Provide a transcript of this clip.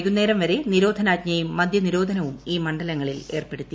വൈകുന്നേരം നാളെ വരെ നിരോധനാജ്ഞയും മദ്യനിരോധനവും ഈ മണ്ഡലങ്ങളിൽ ഏർപ്പെടുത്തി